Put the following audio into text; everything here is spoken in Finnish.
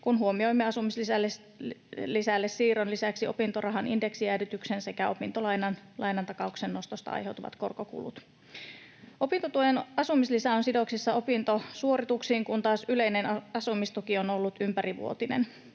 kun huomioimme asumislisälle siirron lisäksi opintorahan indeksijäädytyksen sekä opintolainan takauksen nostosta aiheutuvat korkokulut. Opintotuen asumislisä on sidoksissa opintosuorituksiin, kun taas yleinen asumistuki on ollut ympärivuotinen.